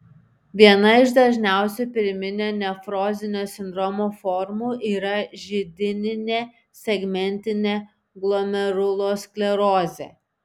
viena iš dažniausių pirminio nefrozinio sindromo formų yra židininė segmentinė glomerulosklerozė